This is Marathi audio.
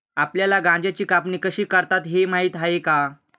आपल्याला गांजाची कापणी कशी करतात हे माहीत आहे का?